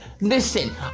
Listen